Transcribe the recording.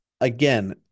Again